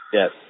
Yes